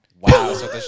wow